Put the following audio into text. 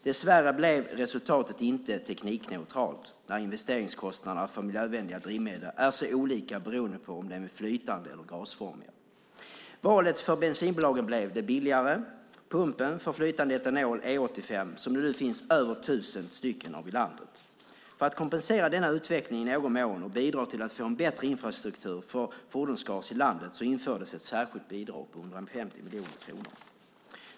Dessvärre blev resultatet inte teknikneutralt eftersom investeringskostnaderna för miljövänliga drivmedel är så olika beroende på om de är flytande eller gasformiga. Valet för bensinbolagen blev den billigare pumpen för flytande etanol, E 85, som det nu finns över 1 000 av i landet. För att kompensera denna utveckling i någon mån och bidra till att få en bättre infrastruktur för fordonsgas i landet infördes ett särskilt bidrag på 150 miljoner kronor.